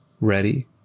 ready